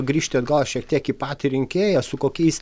grįžti atgal šiek tiek į patį rinkėją su kokiais